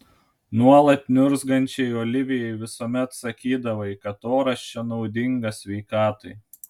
nuolat niurzgančiai olivijai visuomet sakydavai kad oras čia naudingas sveikatai